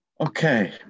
Okay